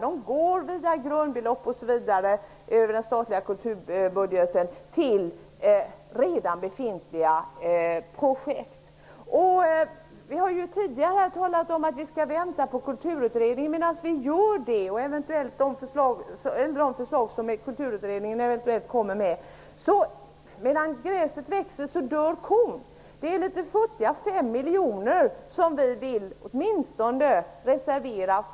De går via grundbelopp osv. över den statliga kulturbudgeten till redan befintliga projekt. Vi har tidigare talat om att vi skall vänta på de förslag som Kulturutredningen eventuellt kommer att lägga fram. Medan gräset växer, dör kon. Det rör sig om futtiga 5 miljoner som vi vill reservera.